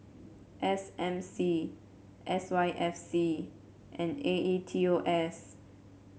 S M C S Y F C and A E T O S